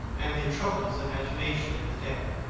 and they troubled his imagination in the day.